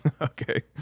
okay